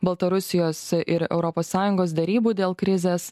baltarusijos ir europos sąjungos derybų dėl krizės